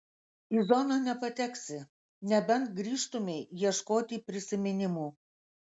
į zoną nepateksi nebent grįžtumei ieškoti prisiminimų